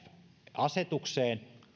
asetukseen